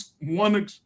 one